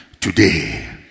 today